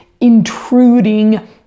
intruding